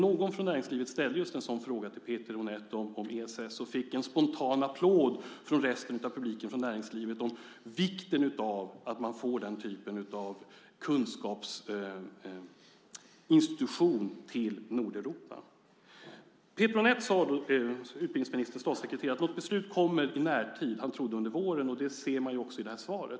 Någon från näringslivet ställde just en sådan fråga till Peter Honeth om ESS och fick en spontan applåd från resten av publiken från näringslivet. Det handlade om vikten av att man får den typen av kunskapsinstitution till Nordeuropa. Peter Honeth, utbildningsministerns statssekretare, sade att ett beslut kommer i närtid. Han trodde under våren. Det ser man också i det här svaret.